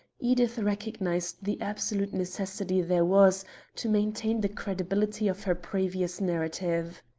edith recognized the absolute necessity there was to maintain the credibility of her previous narrative.